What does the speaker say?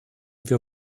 wir